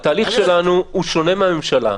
התהליך שלנו שונה מהממשלה.